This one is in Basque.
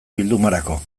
bildumarako